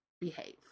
behave